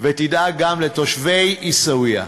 ותדאג גם לתושבי עיסאוויה.